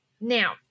Now